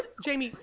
jamie,